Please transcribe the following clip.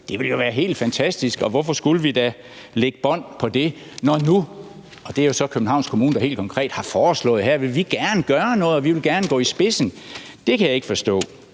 Det ville jo være helt fantastisk, og hvorfor skulle vi da lægge bånd på det, når nu Københavns Kommune helt konkret har foreslået, at her vil de gerne gøre noget, og at de gerne vil gå i spidsen for det? Det kan jeg ikke forstå